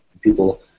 people